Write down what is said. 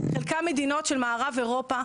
חלקן מדינות של מערב אירופה,